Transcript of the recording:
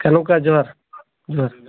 hello କା ଜୁହାର୍ ଜୁହାର୍